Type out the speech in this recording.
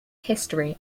history